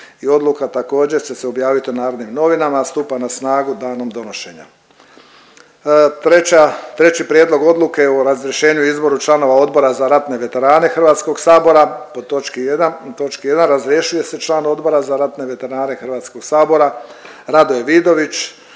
odluka, također će se objavit u Narodnim novinama, a stupa na snagu danom donošenja. Treća, treći je Prijedlog odluke o razrješenju i izboru članova Odbora za ratne veterane HS-a. Po točki 1, točka 1, razrješuje se član Odbora za ratne veterane HS-a Radoje Vidović.